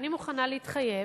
ואני מוכנה להתחייב